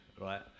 right